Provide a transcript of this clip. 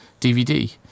DVD